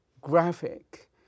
graphic